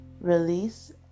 Release